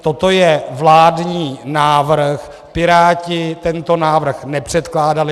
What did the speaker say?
Toto je vládní návrh, Piráti tento návrh nepředkládali.